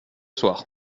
soir